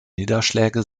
niederschläge